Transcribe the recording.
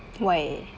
why